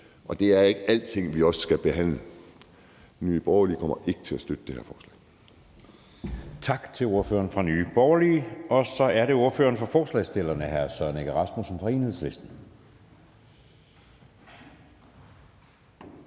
og det er ikke alting, vi skal behandle. Nye Borgerlige kommer ikke til at støtte det her forslag. Kl. 18:51 Anden næstformand (Jeppe Søe): Tak til ordføreren for Nye Borgerlige. Så er det ordføreren for forslagsstillerne, hr. Søren Egge Rasmussen fra Enhedslisten.